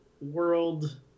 world